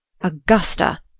Augusta